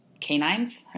canines